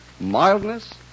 Mildness